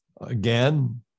again